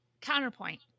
counterpoint